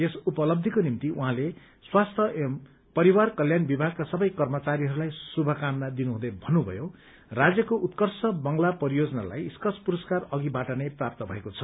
यस उपलब्धीको निम्ति उहाँले स्वास्थ्य एवं परिवार कल्याण विभागका सबै कर्मचारीहरूलाई शुभकामना दिनुहुँदै भन्नुभयो राज्यको उत्कर्ष बंगला परियोजनालाई स्काच पुरस्कार अधिबाट नै प्राप्त भएको छ